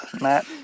Matt